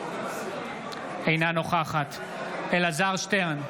אינה נוכחת אלעזר שטרן,